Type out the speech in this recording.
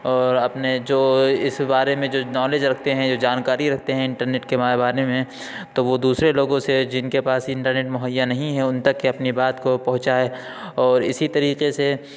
اور اپنے جو اس بارے میں جو نالج رکھتے ہیں جو جانکاری رکھتے ہیں انٹرنیٹ کے بانے میں تو وہ دوسرے لوگوں سے جن کے پاس انٹرنیٹ مہیا نہیں ہے ان تک کے اپنی بات کو پہنچائے اور اسی طریقے سے